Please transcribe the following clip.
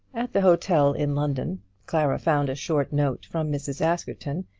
at the hotel in london clara found a short note from mrs. askerton,